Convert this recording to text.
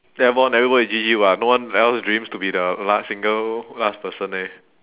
airborne never go and G_G [what] no one else dreams to be the last single last person eh